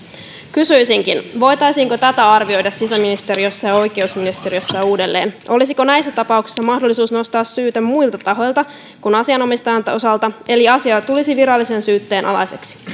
kysyisinkin voitaisiinko tätä arvioida sisäministeriössä ja oikeusministeriössä uudelleen olisiko näissä tapauksissa mahdollisuus nostaa syyte muilta tahoilta kuin asianomistajan osalta eli asia tulisi virallisen syytteen alaiseksi